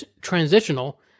transitional